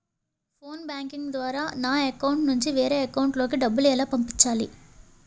Phone banking ద్వారా నా account నుంచి వేరే అకౌంట్ లోకి డబ్బులు ఎలా పంపించాలి?